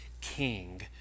king